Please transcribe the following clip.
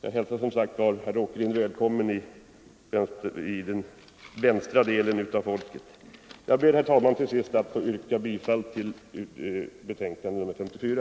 Jag hälsar som sagt herr Åkerlind välkommen till den vänstra delen av folket. Jag ber, herr talman, till sist att få yrka bifall till utskottets hemställan i betänkandet nr 54